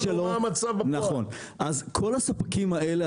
כל הספקים האלה,